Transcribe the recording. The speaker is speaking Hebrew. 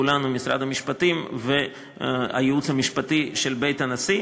לנו משרד המשפטים והייעוץ המשפטי של בית הנשיא.